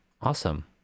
Awesome